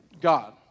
God